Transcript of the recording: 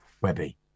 Webby